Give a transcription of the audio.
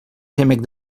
gemec